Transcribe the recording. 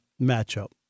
matchup